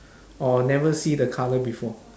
or never see the colour before